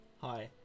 Hi